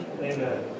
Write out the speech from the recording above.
Amen